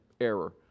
error